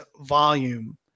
volume